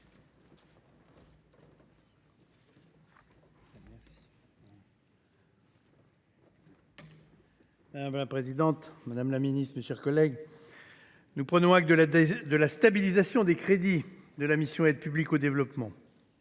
Madame la présidente, madame la ministre, mes chers collègues, nous prenons acte de la stabilisation des crédits de la mission « Aide publique au développement